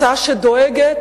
הצעה שדואגת